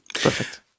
Perfect